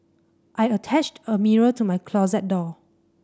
I attached a mirror to my closet door